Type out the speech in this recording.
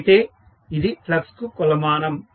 అయితే ఇది ఫ్లక్స్ కు కొలమానం